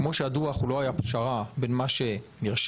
כמו שהדוח לא היה פשרה בין מה ש"מרשם",